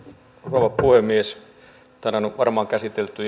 rouva puhemies tänään on varmaan käsitelty